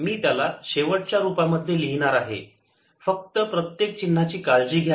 मी त्याला शेवटच्या रूपामध्ये लिहिणार आहे फक्त प्रत्येक चिन्हाची काळजी घ्या